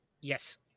yes